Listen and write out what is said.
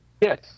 yes